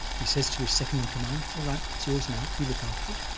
he says to his second in command, all right, it's yours now. you look after it,